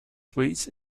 suites